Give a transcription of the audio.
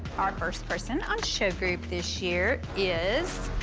our first person on show group this year is,